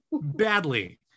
Badly